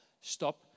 Stop